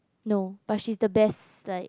no but she's the best like